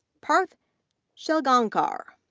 parth shelgaonkar,